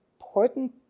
important